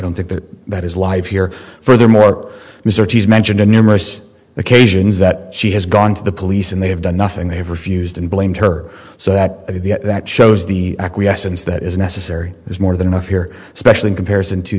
don't think that that is live here furthermore mr t s mentioned in numerous occasions that she has gone to the police and they have done nothing they have refused and blamed her so that that shows the acquiescence that is necessary there's more than enough here especially in comparison to